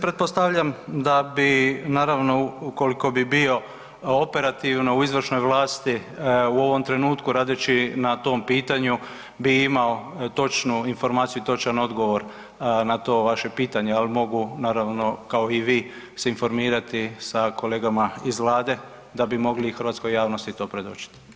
Pretpostavljam da bi naravno ukoliko bi bio operativno u izvršnoj vlasti u ovom trenutku radeći na tom pitanju bi imao točnu informaciju i točan odgovor na to vaše pitanje, ali mogu naravno kao i vi se informirati sa kolegama iz Vlade da bi mogli hrvatskoj javnosti to predočiti.